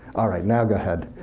all right, now go ahead.